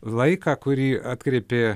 laiką kurį atkreipė